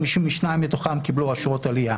שניים מתוכם קיבלו אשרות עלייה.